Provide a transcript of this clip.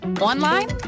online